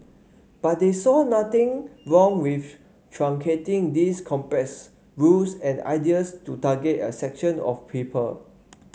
but they saw nothing wrong with truncating these complex rules and ideas to target a section of people